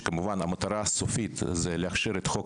שכמובן המטרה הסופית זה להכשיר את חוק